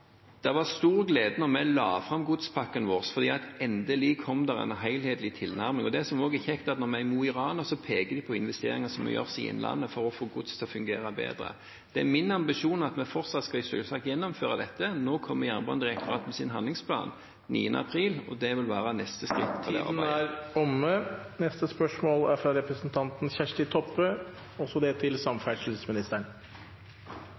var stor glede da vi la fram godspakken vår, for endelig kom det en helhetlig tilnærming. Det som også er kjekt, er at når vi er i Mo i Rana, peker de på investeringer som må gjøres i innlandet for å få gods til å fungere bedre. Det er min ambisjon at vi fortsatt, selvsagt, skal gjennomføre dette. Jernbanedirektoratet kommer med sin handlingsplan 9. april, og det vil være neste skritt … Tiden er omme.